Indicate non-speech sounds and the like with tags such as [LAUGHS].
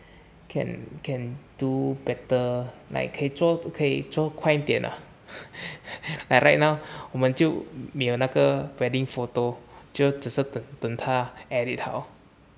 can can do better like 可以做可以做快一点 lah [LAUGHS] like right now 我们就没有那个 wedding photo 就只是等他 edit 好